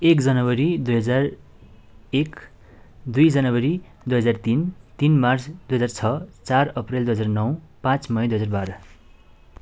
एक जनवरी दुई हजार एक दुई जनवरी दुई हजार तिन तिन मार्च दुई हजार छ चार अप्रेल दुई हजार नौ पाँच मई दुई हजार बाह्र